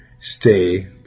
stay